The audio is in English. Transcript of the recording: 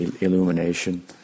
illumination